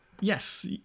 Yes